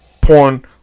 porn